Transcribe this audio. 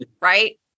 right